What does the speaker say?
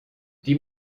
die